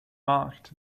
marked